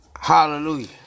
Hallelujah